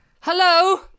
Hello